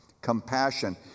Compassion